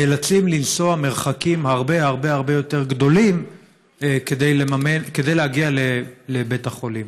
נאלצים לנסוע מרחקים הרבה הרבה הרבה יותר גדולים כדי להגיע לבית החולים.